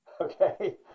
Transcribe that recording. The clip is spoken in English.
Okay